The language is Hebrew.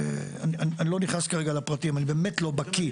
אני לא נכנס לפרטים, אני לא בקי.